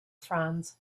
franz